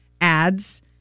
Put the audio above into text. ads